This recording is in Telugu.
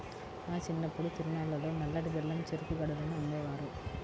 మా చిన్నప్పుడు తిరునాళ్ళల్లో నల్లటి బెల్లం చెరుకు గడలను అమ్మేవారు